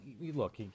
look